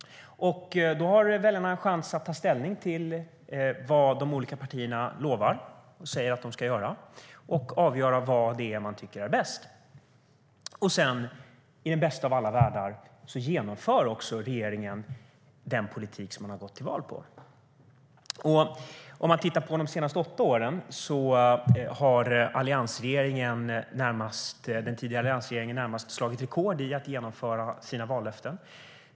Då har väljarna en chans att ta ställning till vad de olika partierna lovar och säger att de ska göra och avgöra vad det är man tycker är bäst. Sedan, i den bästa av alla världar, genomför också regeringen den politik man gått till val på. Under sina åtta år slog den tidigare alliansregeringen närmast rekord i att genomföra sina vallöften.